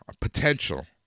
potential